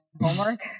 homework